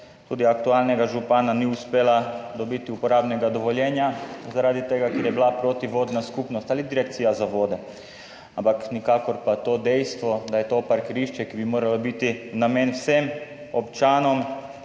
tudi aktualnega župana, ni uspela dobiti uporabnega dovoljenja zaradi tega, ker je bila proti vodna skupnost ali Direkcija za vode. Ampak nikakor pa to dejstvo, da je to parkirišče, ki bi moralo biti namenjeno vsem občanom